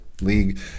League